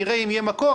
נראה אם יהיה מקור,